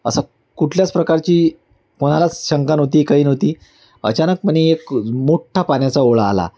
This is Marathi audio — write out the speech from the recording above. असं कुठल्याच प्रकारची कोणालाच शंका नव्हती काही नव्हती अचानकपणे एक मोठ्ठा पाण्याचा ओढा आला